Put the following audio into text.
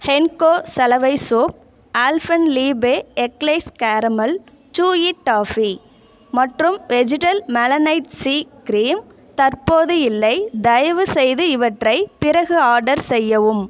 ஹென்கோ சலவை soap Alpenliebe eclairs caramel chewy toffee மற்றும் vegetal melanite C cream தற்போது இல்லை தயவு செய்து இவற்றை பிறகு ஆர்டர் செய்யவும்